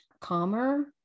calmer